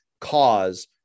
cause